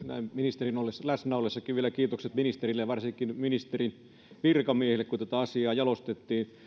näin ministerin läsnä ollessakin vielä kiitokset ministerille ja varsinkin ministerin virkamiehille kun tätä asiaa jalostettiin